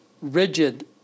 rigid